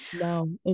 No